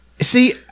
see